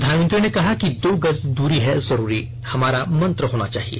प्रधानमंत्री ने कहा कि दो गज दूरी है जरूरी हमारा मंत्र होना चाहिए